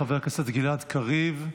חבר הכנסת גלעד קריב,